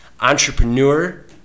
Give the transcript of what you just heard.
entrepreneur